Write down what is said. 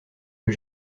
que